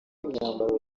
n’imyambaro